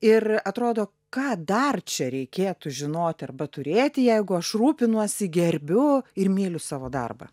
ir atrodo ką dar čia reikėtų žinoti arba turėti jeigu aš rūpinuosi gerbiu ir myliu savo darbą